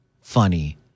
funny